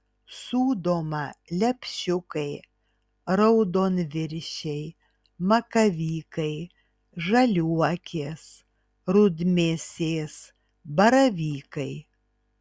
sūdoma lepšiukai raudonviršiai makavykai žaliuokės rudmėsės baravykai